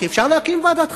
כי אפשר להקים ועדת חקירה,